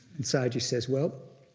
and sayagyi says, well,